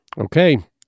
Okay